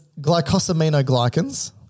glycosaminoglycans